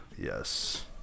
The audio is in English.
yes